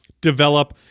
develop